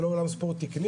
זה לא אולם ספורט תיקני,